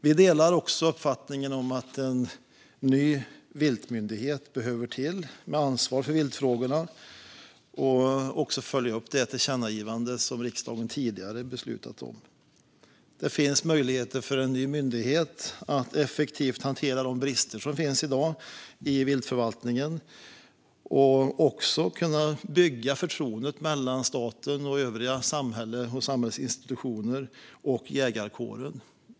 Vi i Centerpartiet delar uppfattningen att en ny viltmyndighet med ansvar för viltfrågorna behöver komma till. Vi vill följa upp det tillkännagivande som riksdagen tidigare har beslutat om. Det finns möjligheter för en ny myndighet att effektivt hantera de brister i viltförvaltningen som finns i dag. Det handlar om att bygga förtroendet mellan staten, det övriga samhället och dess institutioner och jägarkåren.